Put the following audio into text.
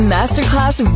Masterclass